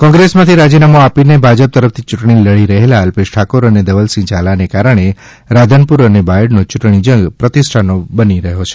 કોંગ્રેસમાંથી રાજીનામું આપીને ભાજપ તરફથી યૂંટણી લડી રહેલા અલ્પેશ ઠાકોર અને ધવલસિંહ ઝાલાને કારણે રાધનપુર અને બાયડનો યૂંટણી જંગ પ્રતિષ્ઠાનો બની રહ્યો છે